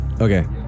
Okay